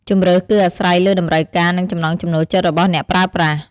ជម្រើសគឺអាស្រ័យលើតម្រូវការ និងចំណង់ចំណូលចិត្តរបស់អ្នកប្រើប្រាស់។